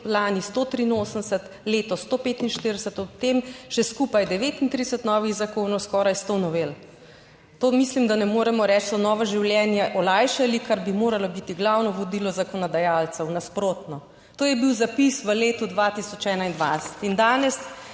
lani 183, letos 145, ob tem še skupaj 39 novih zakonov, skoraj sto novel. To mislim, da ne moremo reči, so novo življenje olajšali, kar bi moralo biti glavno vodilo zakonodajalcev, nasprotno. To je bil zapis v letu 2021. In danes